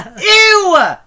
Ew